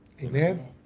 Amen